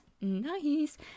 nice